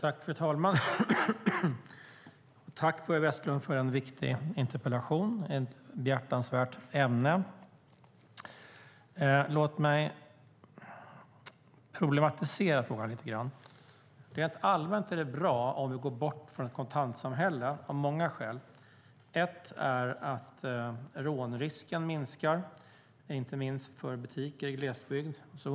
Fru talman! Jag tackar Börje Vestlund för en viktig interpellation om ett beaktansvärt ämne. Låt mig problematisera frågan lite grann. Rent allmänt är det av många skäl bra om vi går bort från ett kontantsamhälle. Ett är att rånrisken minskar, inte minst i butiker i glesbygd.